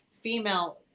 female